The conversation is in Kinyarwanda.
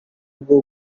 bwo